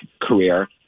career